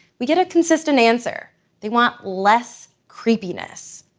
we get a consistent answer they want less creepiness.